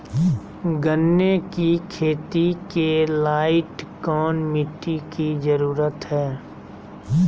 गन्ने की खेती के लाइट कौन मिट्टी की जरूरत है?